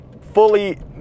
fully